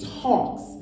talks